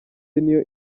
niyo